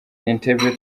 entebbe